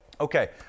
Okay